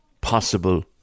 possible